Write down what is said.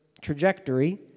trajectory